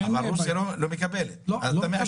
אבל רוסיה לא מקבלת אותם.